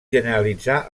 generalitzar